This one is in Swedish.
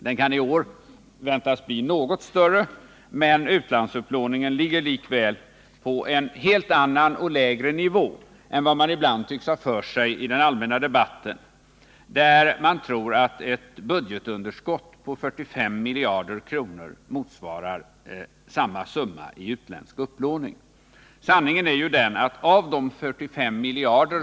Den kan i år väntas bli något större, men utlandsupplåningen ligger likväl på en helt annan och lägre nivå än vad man ibland tycks ha klart för sig i den allmänna debatten, där man tror att ett budgetunderskott på 45 miljarder kr. motsvarar samma summa i utländsk upplåning. Sanningen är ju den att av de 45 miljarder.